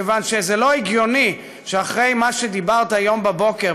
כיוון שלא הגיוני שאחרי מה שדיברת היום בבוקר,